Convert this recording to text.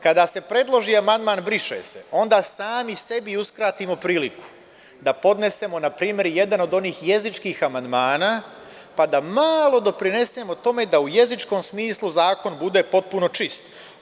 Kada se predloži amandman – briše se, onda sami sebi uskratimo priliku da podnesemo, na primer, jedan od onih jezičkih amandmana, pa da malo doprinesemo tome da u jezičkom smislu zakon bude potpuno čist.